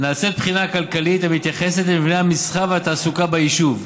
נעשית בחינה כלכלית המתייחסת למבנה המסחר והתעסוקה ביישוב,